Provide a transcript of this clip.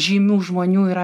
žymių žmonių yra